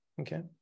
Okay